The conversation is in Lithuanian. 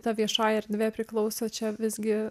ta viešoji erdvė priklauso čia visgi